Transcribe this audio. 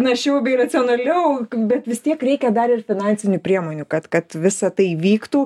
našiau bei racionaliau bet vis tiek reikia dar ir finansinių priemonių kad kad visa tai vyktų